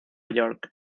york